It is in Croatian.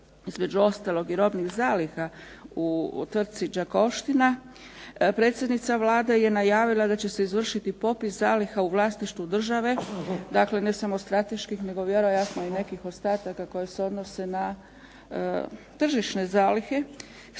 između ostalog i robnih zaliha u tvrtci "Đakovština" predsjednica Vlade je najavila da će se izvršiti popis zaliha u vlasništvu države, dakle ne samo strateških nego vjerojatno i nekih ostataka koji se odnosno na tržišne zalihe